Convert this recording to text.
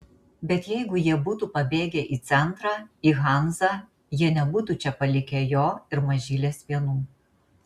bet jeigu jie būtų pabėgę į centrą į hanzą jie nebūtų čia palikę jo ir mažylės vienų